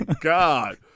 God